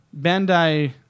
Bandai